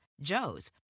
Joe's